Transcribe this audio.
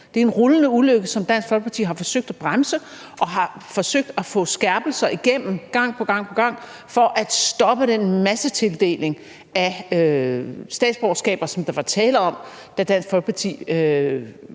Det er en rullende ulykke, som Dansk Folkeparti har forsøgt at bremse, og vi har forsøgt at få skærpelser igennem gang på gang for at stoppe den massetildeling af statsborgerskaber, som der var tale om, da Dansk Folkeparti